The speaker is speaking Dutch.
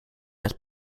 het